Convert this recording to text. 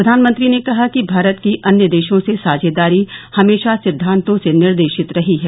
प्रधानमंत्री ने कहा कि भारत की अन्य देशों से साझेदारी हमेशा सिद्वांतों से निर्देशित रही है